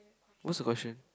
what's the question